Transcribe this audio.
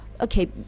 okay